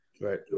right